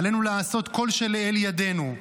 עלינו לעשות כל שלאל ידינו,